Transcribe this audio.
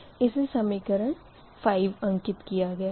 इसे समीकरण 5 अंकित किया गया है